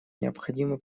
необходимо